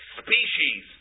species